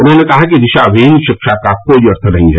उन्होंने कहा कि दिशाहीन शिक्षा का कोई अर्थ नहीं है